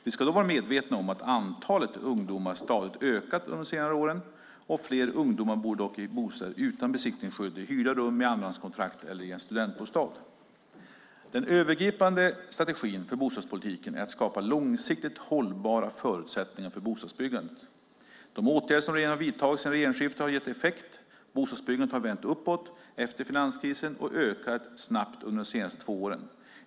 Vi ska då vara medvetna om att antalet ungdomar stadigt har ökat under senare år. Fler ungdomar bor dock i bostäder utan besittningsskydd, i hyrda rum, med andrahandskontrakt eller i en studentbostad. Den övergripande strategin för bostadspolitiken är att skapa långsiktigt hållbara förutsättningar för bostadsbyggandet. De åtgärder som regeringen har vidtagit sedan regeringsskiftet har gett effekt. Bostadsbyggandet har vänt uppåt efter finanskrisen och ökat snabbt under de senaste två åren.